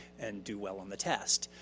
and do well on the test.